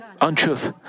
untruth